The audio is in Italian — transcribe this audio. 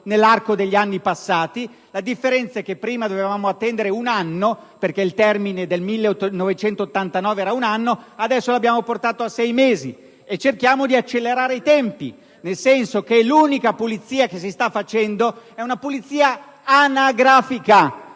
nel corso degli anni passati. La differenza è che prima dovevamo attendere un anno - questo era il termine fissato nel 1989 - mentre adesso l'abbiamo portato a sei mesi, e cerchiamo di accelerare i tempi. L'unica pulizia che si sta facendo è una pulizia anagrafica